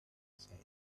said